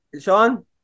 Sean